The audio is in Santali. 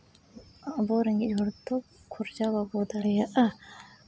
ᱟᱵᱚ ᱨᱮᱸᱜᱮᱡ ᱦᱚᱲ ᱫᱚ ᱠᱷᱚᱨᱪᱟ ᱵᱟᱵᱚ ᱫᱟᱲᱮᱭᱟᱜᱼᱟ